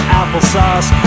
applesauce